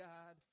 God